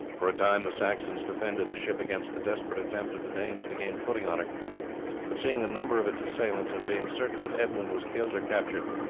for a time the saxons defended the ship against the desperate attempts of the danes to gain footing on her but seeing the number of its assailants, and being certain that edmund was killed or captured,